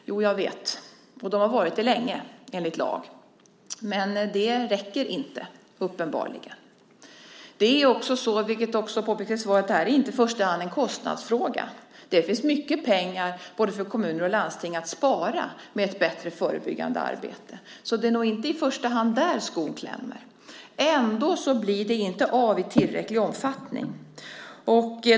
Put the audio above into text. Jo, jag vet, och det har de varit länge enligt lag. Men det räcker uppenbarligen inte. Det är också så, vilket påpekas i svaret, att det här i första hand inte är en kostnadsfråga. Det finns mycket pengar både för kommuner och för landsting att spara med ett bättre förebyggande arbete. Det är nog inte i första hand där skon klämmer. Ändå blir det inte av i tillräcklig omfattning.